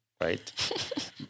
right